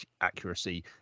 accuracy